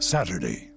Saturday